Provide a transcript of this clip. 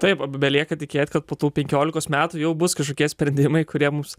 taip belieka tikėti kad po tų penkiolikos metų jau bus kažkokie sprendimai kurie mums